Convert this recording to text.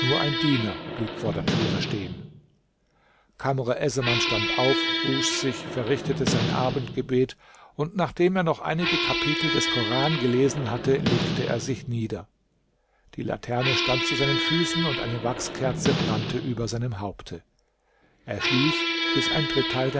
ein diener blieb vor der türe stehen kamr essaman stand auf wusch sich verrichtete sein abendgebet und nachdem er noch einige kapitel des koran gelesen hatte legte er sich nieder die laterne stand zu seinen füßen und eine wachskerze brannte über seinem haupte er schlief bis ein dritteil